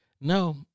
no